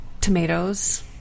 tomatoes